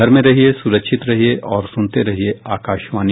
घर में रहिये सुरक्षित रहिये और सुनते रहिये आकाशवाणी